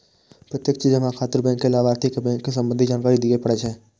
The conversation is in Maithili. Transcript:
प्रत्यक्ष जमा खातिर बैंक कें लाभार्थी के बैंकिंग संबंधी जानकारी दियै पड़ै छै